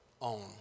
own